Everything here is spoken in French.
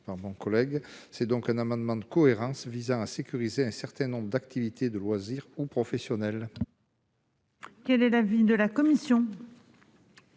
C'est donc un amendement de cohérence que nous défendons, visant à sécuriser un certain nombre d'activités de loisirs ou professionnelles. Quel est l'avis de la commission ?